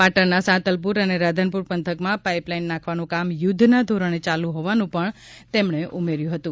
પાટણના સાંતલપુર અને રાધનપુર પંથકમાં પાઇપલાઇન નાંખવાનું કામ યુદ્ધના ધોરણે ચાલુ હોવાનું પણ તેમણે ઉમેર્યું હતું